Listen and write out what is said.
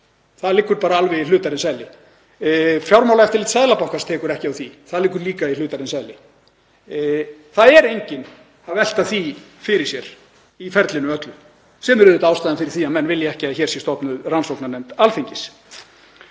það liggur í hlutarins eðli. Fjármálaeftirlit Seðlabankans tekur ekki á því, það liggur líka í hlutarins eðli. Það er enginn að velta því fyrir sér í ferlinu öllu sem er auðvitað ástæðan fyrir því að menn vilja ekki að hér sé stofnuð rannsóknarnefnd Alþingis.